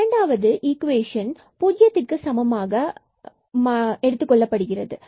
இரண்டாவது இக்குவேசன் பூஜ்ஜுயத்துக்கு சமமானதாக்கப்படுகிறது